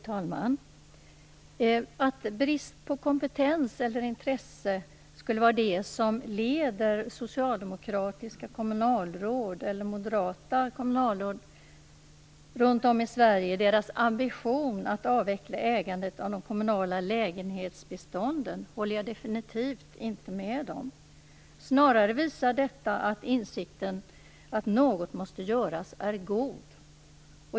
Fru talman! Att brist på kompetens eller intresse skulle vara det som leder socialdemokratiska kommunalråd eller moderata kommunalråd runt om i Sverige i deras ambition att avveckla ägandet av de kommunala lägenhetsbestånden, håller jag definitivt inte med om. Snarare visar detta att insikten att något måste göras är god.